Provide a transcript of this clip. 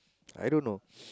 I don't know